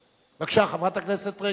בבקשה, חברת הכנסת רגב,